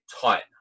tight